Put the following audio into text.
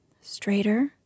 straighter